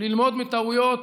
ללמוד מטעויות